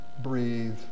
breathe